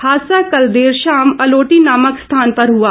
हादसा कल देर शाम अलोटी नामक स्थान पर हआ